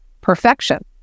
perfection